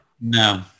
No